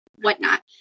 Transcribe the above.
whatnot